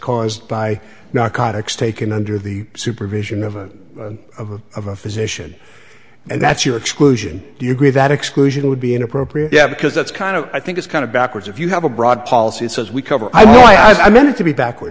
caused by narcotics taken under the supervision of of a physician and that's your exclusion do you agree that exclusion would be inappropriate yeah because that's kind of i think it's kind of backwards if you have a broad policy it says we cover i will i meant to be back